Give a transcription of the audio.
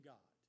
God